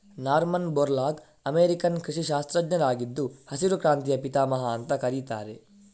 Norman Borlaug American ಕೃಷಿ ಶಾಸ್ತ್ರಜ್ಞರಾಗಿದ್ದು ಹಸಿರು ಕ್ರಾಂತಿಯ ಪಿತಾಮಹ ಅಂತ ಕರೀತಾರೆ